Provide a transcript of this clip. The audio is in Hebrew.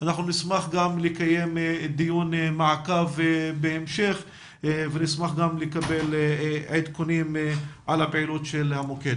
אנחנו נשמח גם לקיים דיון מעקב ונשמח גם לקבל עדכונים על פעילות המוקד.